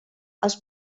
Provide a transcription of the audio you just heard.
els